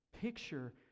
picture